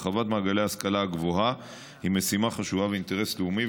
הרחבת מעגלי ההשכלה הגבוהה היא משימה חשובה ואינטרס לאומי,